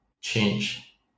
change